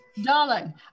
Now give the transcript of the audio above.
Darling